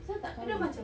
apasal tak kahwin